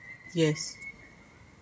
yes